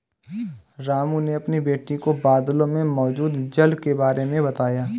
रामू ने अपनी बेटी को बादलों में मौजूद जल के बारे में बताया